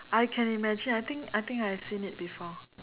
I can imagine I think I think I have seen it before